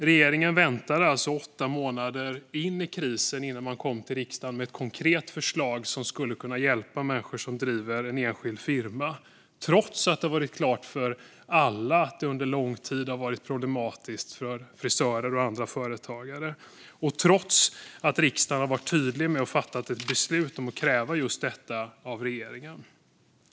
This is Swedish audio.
Regeringen väntade alltså åtta månader in i krisen innan man kom till riksdagen med ett konkret förslag som skulle kunna hjälpa människor som driver en enskild firma, trots att det har varit klart för alla att det under lång tid har varit problematiskt för frisörer och andra företagare och trots att riksdagen hade fattat ett beslut om att kräva just detta av regeringen.